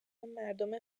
مردم